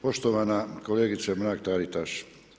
Poštovana kolegice Mrak-Taritaš.